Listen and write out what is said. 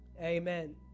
amen